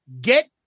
Get